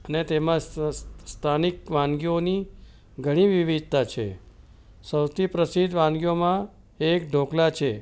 અને તેમાં સ સ્થાનિક વાનગીઓની ઘણી વિવિધતા છે સૌથી પ્રસિદ્ધ વાનગીઓમાં એક ઢોકળાં છે